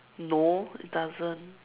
no it doesn't